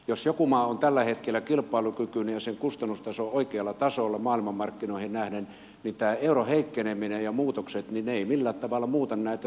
jos joku maa tällä hetkellä on kilpailukykyinen ja sen kustannustaso on oikealla tasolla maailmanmarkkinoihin nähden niin euron heikkeneminen ja nämä muutokset eivät millään tavalla muuta näitä suhteellisia asemia